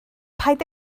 paid